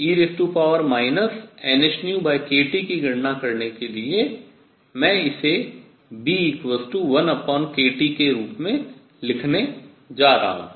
तो n0nhνe nhνkT की गणना करने के लिए मैं इसे 1kT लिखने के रूप में लिखने जा रहा हूँ